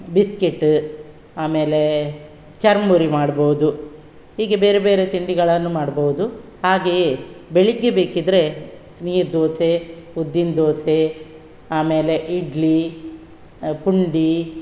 biscuit ಆಮೇಲೆ ಚುರ್ಮುರಿ ಮಾಡ್ಬೋದು ಹೀಗೆ ಬೇರೆ ಬೇರೆ ತಿಂಡಿಗಳನ್ನು ಮಾಡ್ಬೋದು ಹಾಗೆಯೇ ಬೆಳಗ್ಗೆ ಬೇಕಿದ್ದರೆ ನೀರು ದೋಸೆ ಉದ್ದಿನ ದೋಸೆ ಆಮೇಲೆ ಇಡ್ಲಿ ಪುಂಡಿ